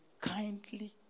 kindly